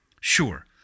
Sure